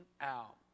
out